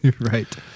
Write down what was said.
Right